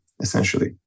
essentially